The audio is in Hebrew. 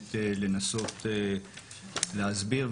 באמת לנסות להסביר,